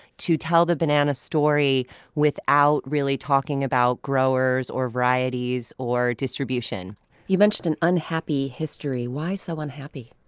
to tell the banana story without really talking about growers, or varieties or distribution you mentioned an unhappy history. why so unhappy?